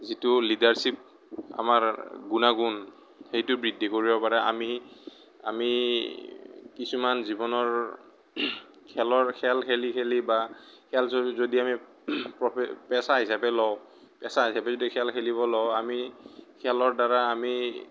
যিটো লিডাৰশ্বীপ আমাৰ গুণাগুণ সেইটো বৃদ্ধি কৰিব পাৰে আমি আমি কিছুমান জীৱনৰ খেলৰ খেল খেলি খেলি বা খেল যদি যদি আমি প্ৰবে পেচা হিচাপে লওঁ পেচা হিচাপে যদি খেল খেলিব লওঁ আমি খেলৰ দ্বাৰা আমি